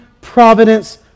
providence